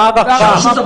מה ההערכה?